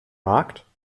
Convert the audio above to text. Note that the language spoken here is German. markt